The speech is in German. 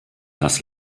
das